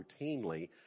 routinely